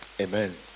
Amen